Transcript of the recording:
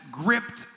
gripped